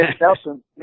Nelson